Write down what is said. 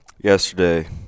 yesterday